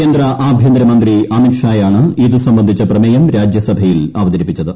കേന്ദ്ര ആഭ്യന്തരമന്ത്രി അമിത്ഷായാണ് ഇതു സംബന്ധിച്ച പ്രമേയം രാജ്യസഭയിൽ അവതരിപ്പിച്ചത്